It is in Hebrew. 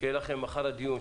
שיהיו לכם אחרי הדיון,